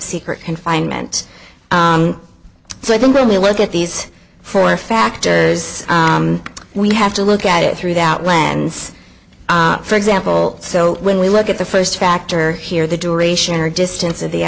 secret confinement so i don't really look at these four factors we have to look at it through that lens for example so when we look at the first factor here the duration or distance of the